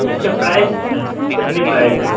اِس کا پرائز کتنی پرائز ہے